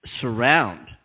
surround